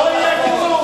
לא יהיה קיצוץ.